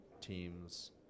teams